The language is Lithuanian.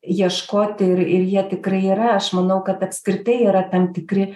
ieškoti ir ir jie tikrai yra aš manau kad apskritai yra tam tikri